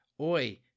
Oi